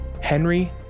Henry